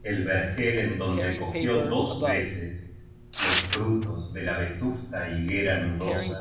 el verjel en donde co gió dos veces los frutos de la vetusta higuera nudosa